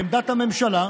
לעמדת הממשלה,